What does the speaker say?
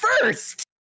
first